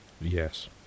Yes